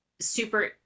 super